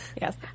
Yes